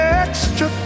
extra